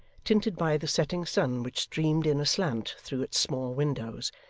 tinted by the setting sun, which streamed in aslant through its small windows,